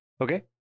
okay